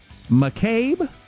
McCabe